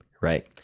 right